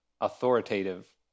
authoritative